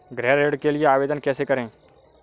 गृह ऋण के लिए आवेदन कैसे करें?